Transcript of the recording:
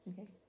Okay